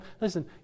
Listen